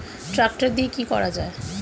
Tractor দিয়ে কি করা যায়?